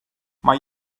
mae